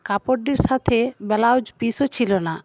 কাপড়টির সাথে ব্লাউজ পিসও ছিল না